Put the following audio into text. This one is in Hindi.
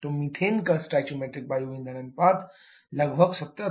तो मीथेन का स्टोइकोमीट्रिक वायु ईंधन अनुपात लगभग 1716 है